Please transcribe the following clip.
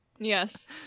yes